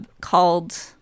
called